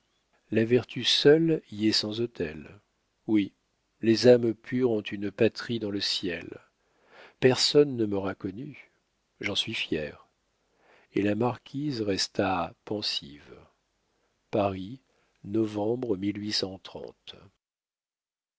la vertu seule y est sans autels oui les âmes pures ont une patrie dans le ciel personne ne m'aura connue j'en suis fière et la marquise resta pensive paris novembre